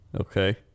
Okay